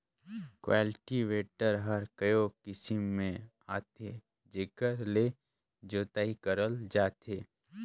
cultivator हर कयो किसम के आथे जेकर ले जोतई करल जाथे